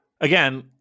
Again